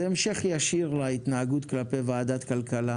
זה המשך ישיר להתנהגות כלפי ועדת הכלכלה